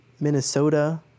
Minnesota